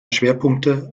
schwerpunkte